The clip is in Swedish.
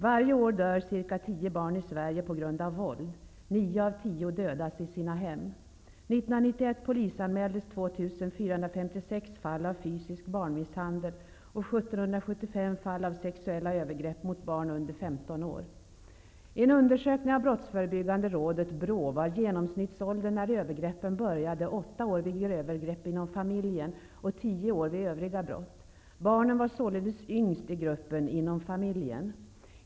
Varje år dör ca 10 barn i Sverige på grund av våld. Enligt en undersökning av Brottsförebyggande rådet, BRÅ, var genomsnittsåldern när övergreppen började 8 år vid övergrepp inom familjen och 1O år vid övriga brott. Barnen var således yngst i gruppen ''inom familjen''.